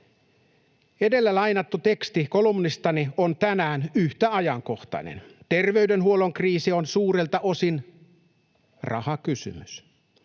Edellä lainattu teksti kolumnistani on tänään yhtä ajankohtainen. Terveydenhuollon kriisi on suurelta osin rahakysymys,